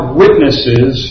witnesses